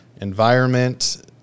environment